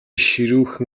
ширүүхэн